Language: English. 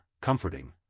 Comforting